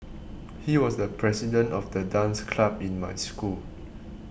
he was the president of the dance club in my school